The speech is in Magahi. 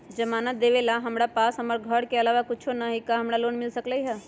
जमानत देवेला हमरा पास हमर घर के अलावा कुछो न ही का हमरा लोन मिल सकई ह?